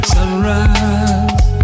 Sunrise